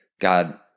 God